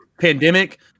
pandemic